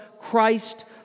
Christ